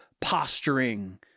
posturing